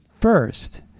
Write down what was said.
first